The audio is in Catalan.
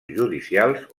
judicials